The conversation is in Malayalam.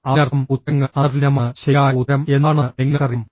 അതിനർത്ഥം ഉത്തരങ്ങൾ അന്തർലീനമാണ് ശരിയായ ഉത്തരം എന്താണെന്ന് നിങ്ങൾക്കറിയാം